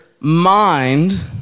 mind